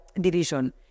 division